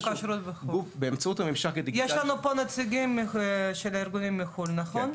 יש לנו פה נציגים של הארגונים מחו"ל, נכון?